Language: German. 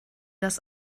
das